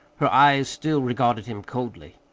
her eyes still regarded him coldly.